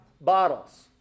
Bottles